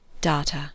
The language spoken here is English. Data